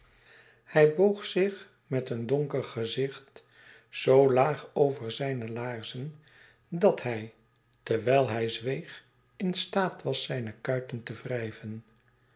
hij boog zich met een donker gezicht zoo laag over zijne laarzen dat hij terwijl hij zweeg in staat was zijne kuiten te wrijven